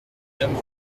dames